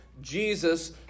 Jesus